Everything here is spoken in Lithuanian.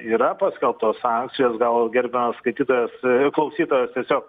yra paskelbtos sankcijos gal gerbiamas skaitytojas klausytojas tiesiog